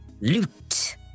loot